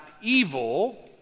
evil